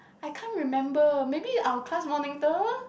I can't remember maybe our class monitor